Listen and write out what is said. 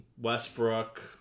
Westbrook